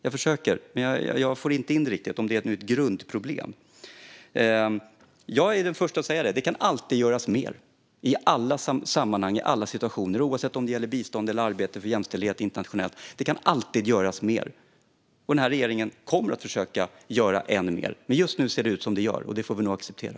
Jag försöker förstå, men jag får inte in det riktigt. Är det ett nytt grundproblem? Det kan alltid göras mer i alla sammanhang och alla situationer, oavsett om det gäller bistånd eller arbete för jämställdhet internationellt. Den här regeringen kommer också att försöka göra mer. Men just nu ser det ut som det gör. Det får vi nog acceptera.